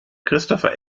christopher